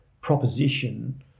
proposition